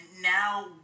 now